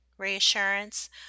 reassurance